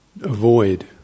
avoid